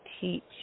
teach